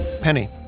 Penny